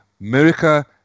America